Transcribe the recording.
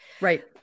right